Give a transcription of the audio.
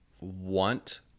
want